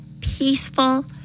peaceful